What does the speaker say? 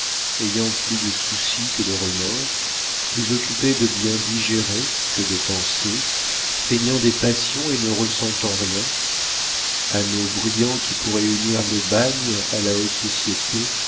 ayant plus de soucis que de remords plus occupé de bien digérer que de penser feignant des passions et ne ressentant rien anneau brillant qui pourrait unir le bagne à la haute société